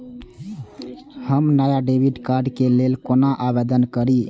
हम नया debit card के लल कौना आवेदन करि?